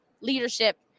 leadership